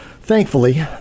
thankfully